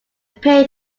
pain